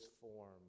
form